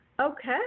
Okay